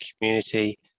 community